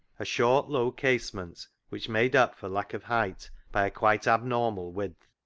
a short low case ment, which made up for lack of height by a quite abnormal width.